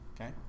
Okay